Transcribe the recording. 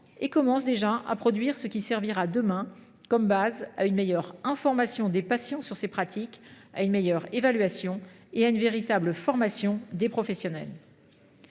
et commence déjà à produire ce qui servira demain de fondement à une meilleure information des patients sur ces pratiques, à une meilleure évaluation et à une véritable formation des professionnels.